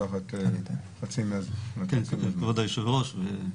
כבוד היושב-ראש,